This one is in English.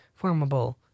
formable